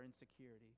insecurity